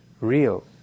real